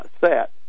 set